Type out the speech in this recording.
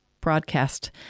broadcast